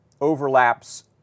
overlaps